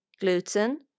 gluten